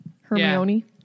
Hermione